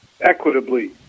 equitably